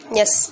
yes